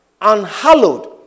unhallowed